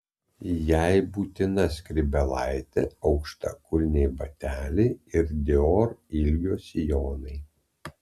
jai būtina skrybėlaitė aukštakulniai bateliai ir dior ilgio sijonai